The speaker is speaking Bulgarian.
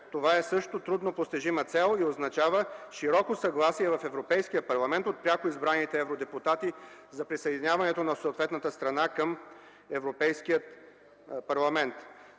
Това също е трудно постижима цел и означава широко съгласие в Европейския парламент от пряко избраните евродепутати за присъединяването на съответната страна към Европейския парламент.